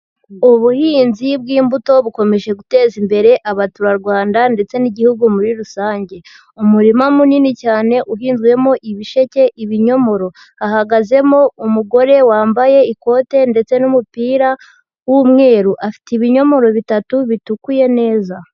Ubuhinzi bw'imbuto bukomeje guteza imbere abaturarwanda ndetse n'igihugu muri rusange. Umurima munini cyane uhinzwemo ibisheke, ibinyomoro. Hahagazemo umugore wambaye ikote ndetse n'umupira w'umweru, afite ibinyomoro bitatu bitukuye neza.